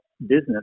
business